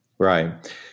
Right